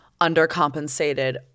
undercompensated